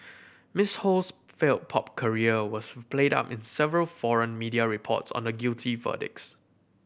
Miss Ho's failed pop career was played up in several foreign media reports on the guilty verdicts